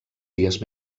dies